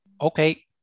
okay